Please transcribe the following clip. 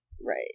right